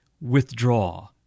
Withdraw